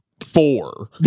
four